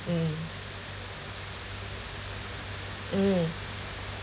mm mm